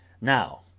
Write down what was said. now